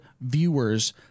viewers